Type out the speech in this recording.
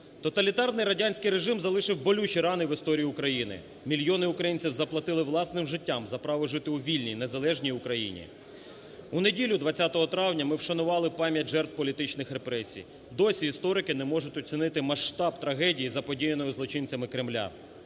Тоталітарний радянський режим залишив болючі рани в історії України, мільйони українців заплатили власним життям за право жити у вільній незалежній Україні. У неділю 20 травня ми вшанували пам'ять жертв політичних репресій. Досі історики не можуть оцінити масштаб трагедії, заподіяної злочинцями Кремля.